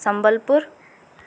Sambalpur